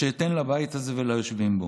שאתן לבית הזה וליושבים בו.